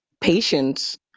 patience